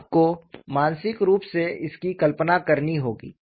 आपको मानसिक रूप से इसकी कल्पना करनी होगी